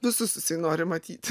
visus jisai nori matyti